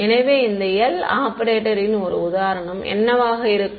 எனவே இந்த L ஆபரேட்டரின் ஒரு உதாரணம் என்னவாக இருக்கும்